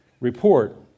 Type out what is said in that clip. report